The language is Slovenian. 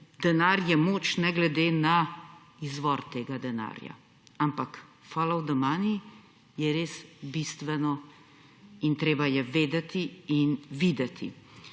denar je moč ne glede na izvor tega denarja. Ampak »follow the money« je res bistveno, in treba je vedeti in videti.